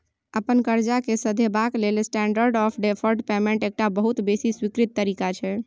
अपन करजा केँ सधेबाक लेल स्टेंडर्ड आँफ डेफर्ड पेमेंट एकटा बहुत बेसी स्वीकृत तरीका छै